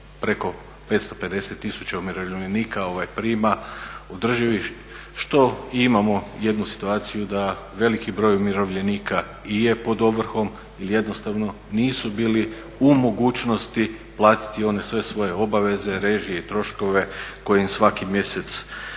preko 555 tisuća umirovljenika prima, što imamo i jednu situaciju da veliki broj umirovljenika i je pod ovrhom ili jednostavno nisu bili u mogućnosti platiti one sve svoje obaveze režije i troškove koje im svaki mjesec